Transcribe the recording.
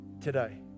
today